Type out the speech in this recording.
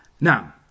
Now